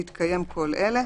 בהתקיים כל אלה: